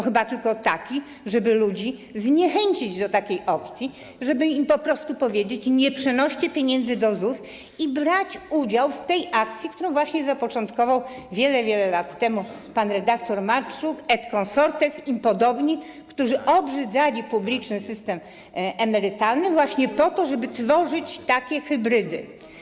Chyba tylko taki, żeby ludzi zniechęcić do takiej opcji, żeby im po prostu powiedzieć „nie przenoście pieniędzy do ZUS” i brać udział w tej akcji, którą zapoczątkował wiele, wiele lat temu pan redaktor Marczuk et consortes, im podobni, którzy obrzydzali publiczny system emerytalny właśnie po to, żeby tworzyć takie hybrydy.